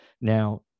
Now